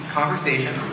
conversation